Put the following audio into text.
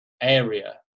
area